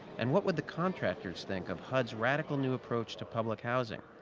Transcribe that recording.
and what would the contractors think of hud's radical new approach to public housing,